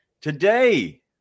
Today